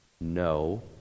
No